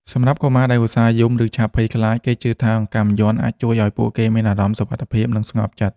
សម្រាប់កុមារដែលឧស្សាហ៍យំ ឬឆាប់ភ័យខ្លាច គេជឿថាអង្កាំយ័ន្តអាចជួយឱ្យពួកគេមានអារម្មណ៍សុវត្ថិភាព និងស្ងប់ចិត្ត។